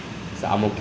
k so